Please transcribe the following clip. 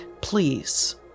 Please